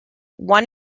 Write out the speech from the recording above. one